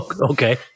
Okay